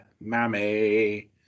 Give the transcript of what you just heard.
mammy